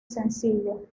sencillo